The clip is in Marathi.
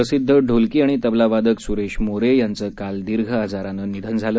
प्रसिद्ध ढोलकी आणि तबला वादक सुरेश मोरे यांचं काल रात्री दीर्घ आजारानं निधन झालं